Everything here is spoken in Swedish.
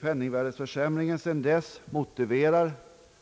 Penningvärdeförsämringen sedan dess motiverar